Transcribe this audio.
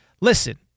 Listen